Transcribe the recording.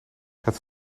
het